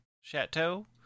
Chateau